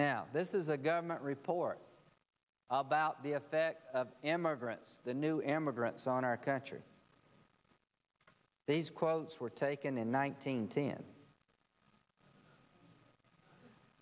now this is a government report about the effect of immigrants the new emigrants on our country these quotes were taken in nineteen to in